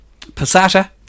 Passata